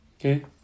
Okay